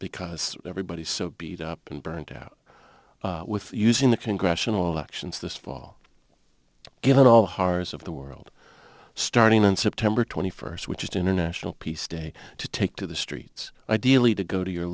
because everybody is so beat up and burnt out with using the congressional elections this fall given all horrors of the world starting on september twenty first which is international peace day to take to the streets ideally to go to your